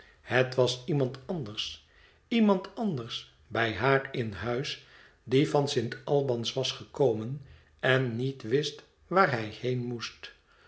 het was iemand anders iemand anders bij haar in huis die van st albans was gekomen en niet wist waar hij heen moest